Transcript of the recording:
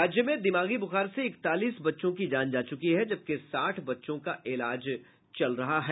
राज्य में दिमागी बुखार से इकतालीस बच्चों की जान जा चुकी है जबकि साठ बच्चों का इलाज चल रहा है